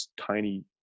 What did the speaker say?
tiny